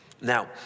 Now